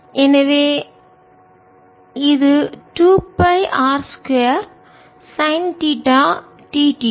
எனவே இது 2 pi R 2 sine theta d theta